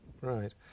Right